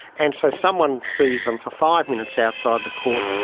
and so someone sees them for five minutes outside the court,